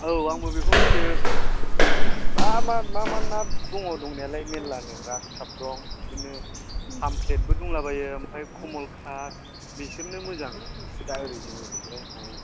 औ आंबो बेखौनो फिसियो मा मा ना दङ दंनायालाय मेल्लानो ग्रासखाप दं बिदिनो फामफ्लेटबो दंलाबायो ओमफ्राय खमलखाद बेसोरनो मोजां दा ओरै जोंनिथिंजाय नाया